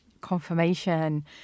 confirmation